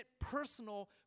personal